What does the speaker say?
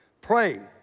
Pray